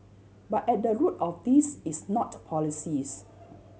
but at the root of this is not policies